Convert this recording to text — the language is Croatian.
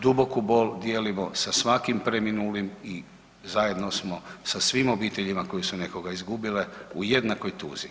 Duboku bol dijelimo sa svakim preminulim i zajedno smo sa svim obiteljima koje su nekoga izgubile u jednakoj tuzi.